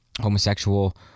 homosexual